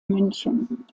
münchen